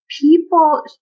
people